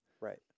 Right